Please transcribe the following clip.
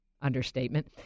Understatement